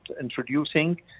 introducing